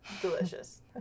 Delicious